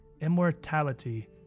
Immortality